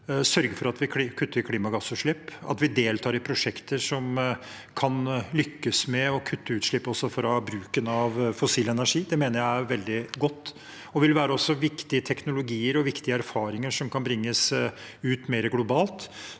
sørge for at vi kutter klimagassutslipp, og delta i prosjekter som kan lykkes med å kutte utslipp også fra bruken av fossil energi. Det mener jeg er veldig godt. Det vil også være viktige teknologier og erfaringer som kan bringes ut globalt.